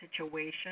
situation